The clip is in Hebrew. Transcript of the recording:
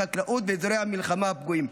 לחקלאות באזורי המלחמה הפגועים,